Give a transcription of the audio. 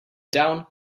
down